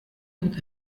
would